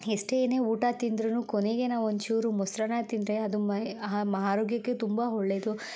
ಎಷ್ಟೇ ಏನೇ ಊಟ ತಿಂದ್ರು ಕೊನೆಗೆ ನಾವು ಒಂಚೂರು ಮೊಸರನ್ನ ತಿಂದರೆ ಅದು ಮೈ ಆರೋಗ್ಯಕ್ಕೆ ತುಂಬ ಒಳ್ಳೆಯದು